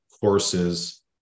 courses